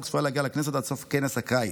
צפויה להגיע לכנסת עד סוף כנס הקיץ.